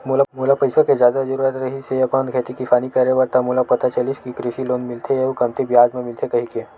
मोला पइसा के जादा जरुरत रिहिस हे अपन खेती किसानी करे बर त मोला पता चलिस कि कृषि लोन मिलथे अउ कमती बियाज म मिलथे कहिके